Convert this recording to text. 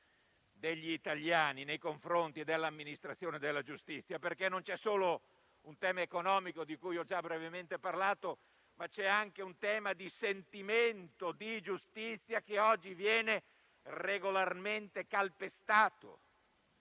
degli italiani nei confronti dell'amministrazione della giustizia, perché non c'è solo un tema economico, di cui ho già brevemente parlato, ma c'è anche un tema di sentimento di giustizia, che oggi viene regolarmente calpestato.